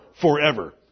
forever